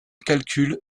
calcul